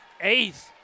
ace